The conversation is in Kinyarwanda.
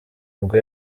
nibwo